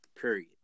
Period